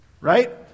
Right